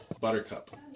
buttercup